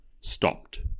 stopped